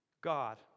God